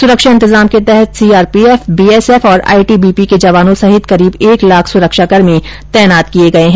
सुरक्षा इंतजाम के तहत सीआरपीएफ बीएसएफ और आई टी बी पी के जवानों सहित करीब एक लाख सुरक्षा कर्मी तैनात किए गए हैं